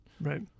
Right